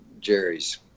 Jerry's